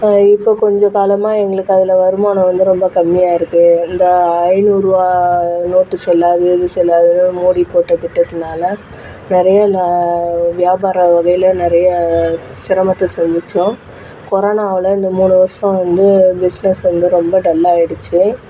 இப்போ கொஞ்சம் காலமாக எங்களுக்கு அதில் வருமானம் வந்து ரொம்ப கம்மியாக இருக்குது இந்த ஐநூறுபா நோட்டு செல்லாது இது செல்லாதுனு மோடி போட்ட திட்டத்தினால நிறைய நா வியாபார வகையில் நிறைய சிரமத்தை சந்தித்தோம் கொரோனாவில் இந்த மூணு வருஷம் வந்து பிஸ்னஸ் வந்து ரொம்ப டல் ஆயிடுச்சு